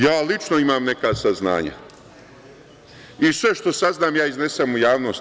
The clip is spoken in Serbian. Ja lično imam neka saznanja i sve što saznam ja iznesem u javnost.